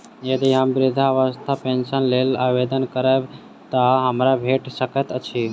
यदि हम वृद्धावस्था पेंशनक लेल आवेदन करबै तऽ हमरा भेट सकैत अछि?